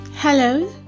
Hello